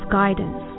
guidance